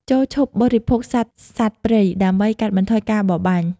ចូរឈប់បរិភោគសាច់សត្វព្រៃ ដើម្បីកាត់បន្ថយការបរបាញ់។